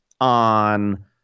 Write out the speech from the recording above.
on